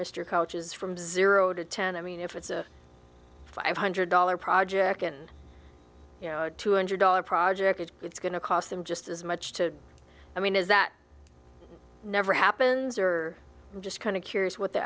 mr coaches from zero to ten i mean if it's a five hundred dollars project and you know a two hundred dollars project it's going to cost them just as much to i mean is that never happens or just kind of curious what the